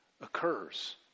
occurs